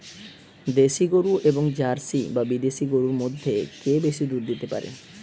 দেশী গরু এবং জার্সি বা বিদেশি গরু মধ্যে কে বেশি দুধ দিতে পারে?